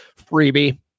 freebie